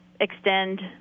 extend